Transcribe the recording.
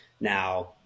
now